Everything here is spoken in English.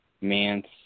Mance